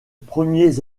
premiers